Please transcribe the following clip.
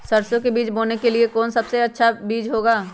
सरसो के बीज बोने के लिए कौन सबसे अच्छा बीज होगा?